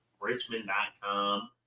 richmond.com